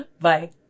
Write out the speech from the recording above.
Bye